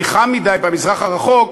כי חם מדי במזרח הרחוק,